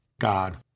God